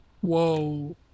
Whoa